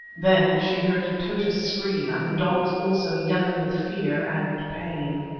then she heard tota scream, and the dogs also yelling with fear and pain.